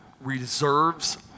reserves